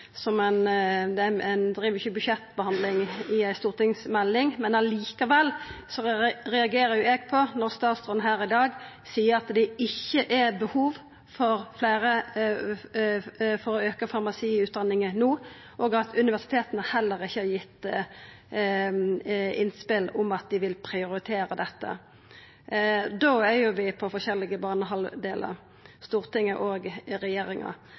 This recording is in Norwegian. tolkar ein merknad. Eg forstår jo òg at ein ikkje driv med budsjettbehandling i ei stortingsmelding. Likevel reagerer eg på at statsråden her i dag seier at det ikkje er behov for å auka farmasiutdanninga no, og at universiteta heller ikkje har gitt innspel om at dei vil prioritera det. Då er Stortinget og regjeringa på forskjellige banehalvdelar.